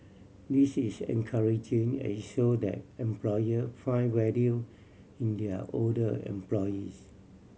this is encouraging as it show that employer find value in their older employees